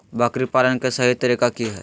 बकरी पालन के सही तरीका की हय?